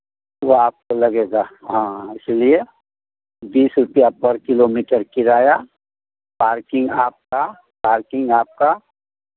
वो आपको लगेगा हाँ इसलिए बीस रुपैया पर किलोमीटर किराया पार्किंग आपका पार्किंग आपका